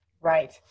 right